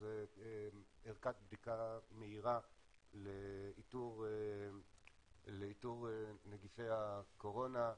ערכת בדיקה מהירה לאיתור נגיפי הקורונה,